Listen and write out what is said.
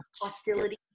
hostility